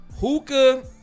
Hookah